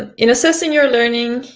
and in assessing your learning,